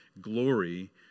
glory